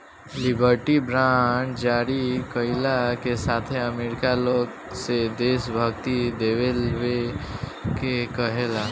liberty bond जारी कईला के साथे अमेरिका लोग से देशभक्ति देखावे के कहेला